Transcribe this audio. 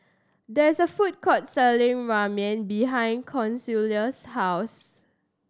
there is a food court selling Ramen behind Consuela's house